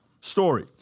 story